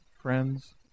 friends